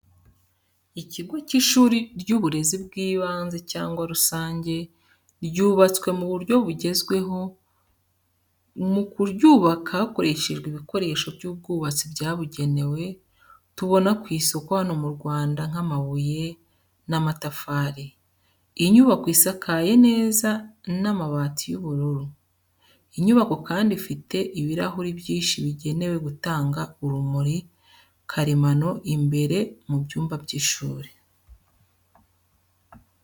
Ikigo cy’ishuri ry’uburezi bw’ibanze cyangwa rusange, ryubatswe mu buryo bugezweho, mu kuryubaka hakoreshejwe ibikoresho by’ubwubatsi byabugenewe, tubona ku isoko hano mu Rwanda nk’amabuye n’amatafari. Inyubako isakaye neza n'amabati y'ubururu. Inyubako kandi ifite ibirahuri byinshi bigenewe gutanga urumuri karemano imbere mu byumba by’ishuri.